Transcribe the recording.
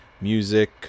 music